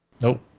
nope